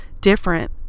different